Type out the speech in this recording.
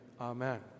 Amen